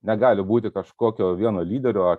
negali būti kažkokio vieno lyderio ar